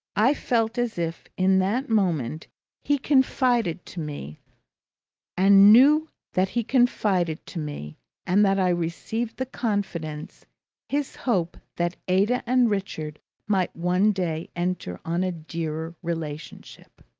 i felt as if in that moment he confided to me and knew that he confided to me and that i received the confidence his hope that ada and richard might one day enter on a dearer relationship.